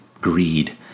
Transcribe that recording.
greed